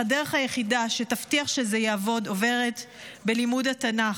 אך הדרך היחידה שתבטיח שזה יעבוד עוברת בלימוד התנ"ך.